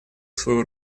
свою